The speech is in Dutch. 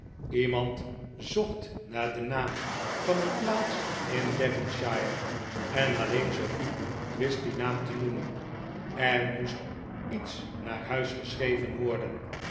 iemand zocht naar den naam van een plaats in devonshire en alleen sofie wist dien naam te noemen er moest iets naar huis geschreven worden